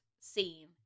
scene